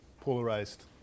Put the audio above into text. polarized